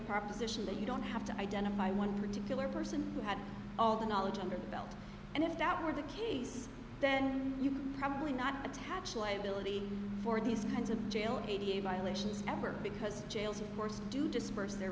proposition that you don't have to identify one particular person who had all the knowledge under the belt and if that were the case then you probably not attach liability for these kinds of jail and a violation is ever because jails of course do disperse their